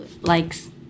likes